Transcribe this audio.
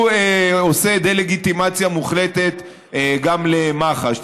עושה דה-לגיטימציה מוחלטת גם למח"ש.